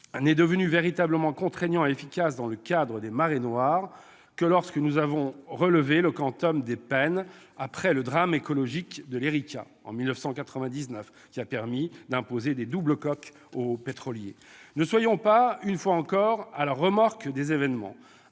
-n'est devenu véritablement contraignant et efficace face aux marées noires que lorsque nous avons relevé le quantum des peines après le drame écologique de l'en 1999. C'est alors que l'on a décidé d'imposer des doubles coques aux pétroliers. Ne soyons pas, une fois encore, à la remorque des événements.